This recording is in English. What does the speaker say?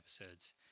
episodes